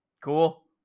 Cool